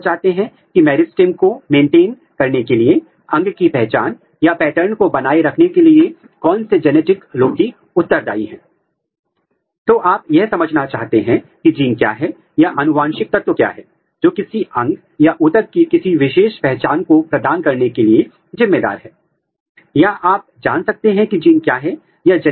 पौधे के ऊतकों को ठीक करने के लिए बहुत सारे fixative उपलब्ध हैं और यह दोनों प्रक्रियाएं संपूर्ण इन सीटू और लोंगिट्यूडनल अथवा क्रॉस सेक्शन इन सीटू में एक जैसी हैं लेकिन यदि आप यह सेक्शन या किसी एक भाग पर करना चाहते हैं तो आपको क्या करना पड़ेगा